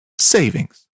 savings